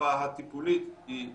והשפה הטיפולית היא עברית.